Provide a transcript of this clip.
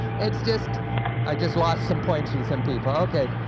it's just i just lost some points with some people, okay